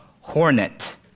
hornet